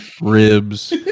ribs